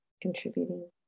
contributing